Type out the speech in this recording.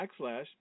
backslash